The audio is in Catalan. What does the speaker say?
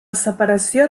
separació